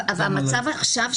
אבל המצב עכשיו,